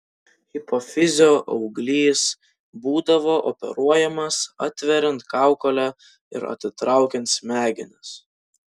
hipofizio auglys būdavo operuojamas atveriant kaukolę ir atitraukiant smegenis